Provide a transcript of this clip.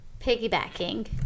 Piggybacking